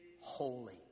holy